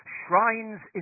shrines